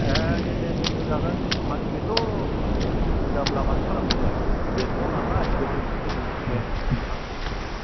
एह दे दे दोन्थ' जागोन मानि बेथ' उसुबिदाब्ला माथो खालामबावनो बेस्त' नालाय गोजोन्थों गोजोन्थों दे होननो हासिगोन